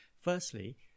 Firstly